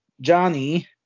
Johnny